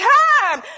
time